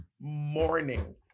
morning